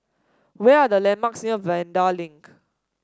where are the landmarks near Vanda Link